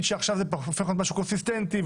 שעכשיו זה הופך להיות משהו קונסיסטנטי,